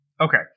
Okay